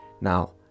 Now